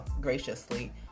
graciously